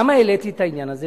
למה אני העליתי את העניין הזה?